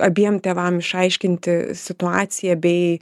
abiem tėvam išaiškinti situaciją bei